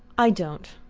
i don't.